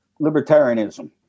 libertarianism